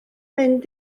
mynd